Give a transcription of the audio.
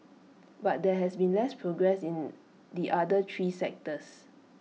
but there has been less progress in the other three sectors